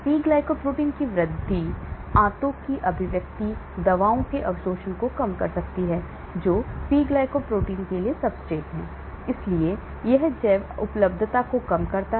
P glycoprotein की वृद्धि आंतों की अभिव्यक्ति दवाओं के अवशोषण को कम कर सकती है जो P glycoprotein के लिए सब्सट्रेट हैं इसलिए यह जैव उपलब्धता को कम करता है